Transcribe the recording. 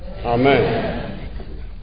Amen